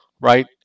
right